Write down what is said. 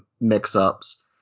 mix-ups